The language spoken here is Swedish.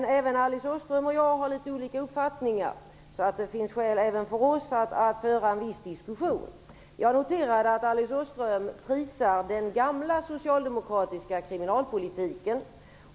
Men även Alice Åström och jag har litet olika uppfattningar, varför det finns skäl även för oss att föra en viss diskussion. Jag noterade att Alice Åström prisade den gamla socialdemokratiska kriminalpolitiken.